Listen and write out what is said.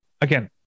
again